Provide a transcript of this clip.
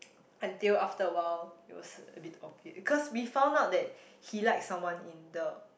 until after a while it was a bit obvious cause we found out that he likes someone in the